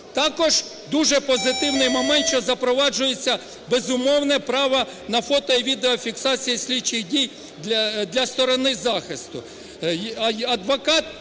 Також дуже позитивний момент, що запроваджується безумовне право на фото- і відеофіксацію слідчих дій для сторони захисту.